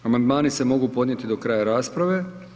Amandmani se mogu podnijeti do kraja rasprave.